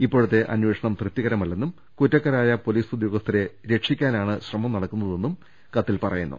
ഇപ്പോഴത്തെ അന്വേഷണം തൃപ്തികരമല്ലെന്നും കുറ്റ ക്കാരായ പൊലീസ് ഉദ്യോഗസ്ഥരെ രക്ഷിക്കാനാണ് ശ്രമം നട ക്കുന്നതെന്നും പറയുന്നു